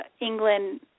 England